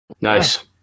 nice